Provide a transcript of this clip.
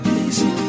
easy